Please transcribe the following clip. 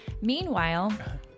Meanwhile